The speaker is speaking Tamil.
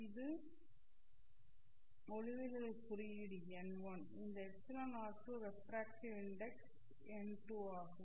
இது ஒளிவிலகல் குறியீடு n1 இந்த εr2 ரெஃப்ரக்ட்டிவ் இன்டெக்ஸ் n2 ஆகும்